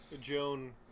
Joan